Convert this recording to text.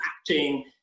acting